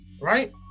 Right